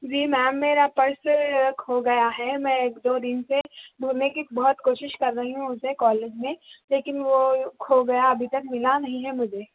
جی ma'am میرا purse کھو گیا ہے میں ایک دو دن سے ڈھونڈھنے کی بہت کوشش کر رہی ہوں اسے کالج میں لیکن وہ کھو گیا ابھی تک ملا نہیں ہے مجھے